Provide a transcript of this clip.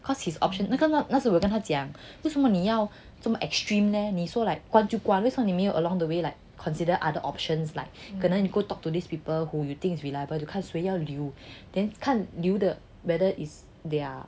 cause his option 那个那时我跟他讲为什么你要这么 extreme leh 你说 like 关就关为什么 along the way like 你没有 consider other options like 可能 you go talk to these people who you think is reliable to 看谁要留 then 看留的 whether is their